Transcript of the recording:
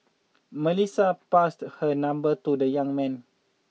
Melissa passed her number to the young man